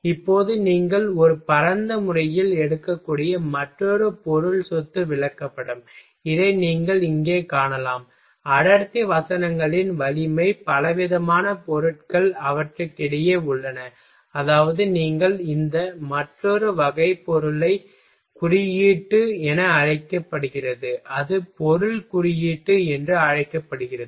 இப்போது நீங்கள் ஒரு பரந்த முறையில் எடுக்கக்கூடிய மற்றொரு பொருள் சொத்து விளக்கப்படம் இதை நீங்கள் இங்கே காணலாம் அடர்த்தி வசனங்களின் வலிமை பலவிதமான பொருட்கள் அவற்றுக்கிடையே உள்ளன அதாவது நீங்கள் இந்த மற்றொரு வகையை பொருள் குறியீட்டு என அழைக்கப்படுகிறது அது பொருள் குறியீட்டு என்று அழைக்கப்படுகிறது